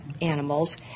animals